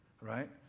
right